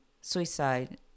suicide